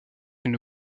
une